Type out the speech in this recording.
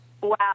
Wow